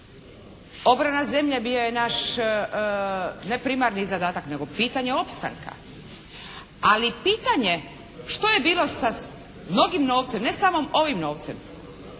Obrana zemlje bio je naš ne primarni zadatak, nego pitanje opstanka, ali pitanje što je bilo sa mnogim novcem, ne samo ovim novcem,